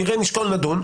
נראה, נשקול, נדון.